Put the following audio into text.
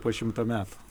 po šimto metų